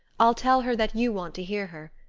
i'll tell her that you want to hear her.